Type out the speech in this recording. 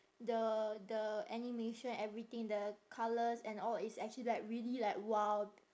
the the animation everything the colours and all is actually like really like !wow!